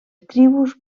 tribus